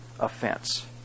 offense